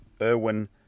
irwin